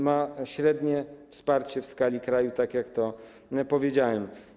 Ma średnie wsparcie w skali kraju, tak jak to powiedziałem.